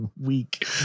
week